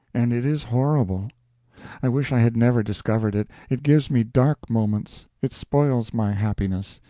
and it is horrible i wish i had never discovered it it gives me dark moments, it spoils my happiness,